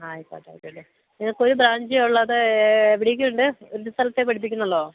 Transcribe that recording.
ആയിക്കോട്ടെ ആയിക്കോട്ടെ നിങ്ങൾക്കൊരു ബ്രാഞ്ചേ ഉള്ളോ അതോ എവിടെയൊക്കെ ഉണ്ട് ഒരു സ്ഥലത്തേ പഠിപ്പിക്കുന്നുള്ളോ